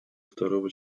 второго